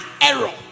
error